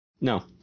No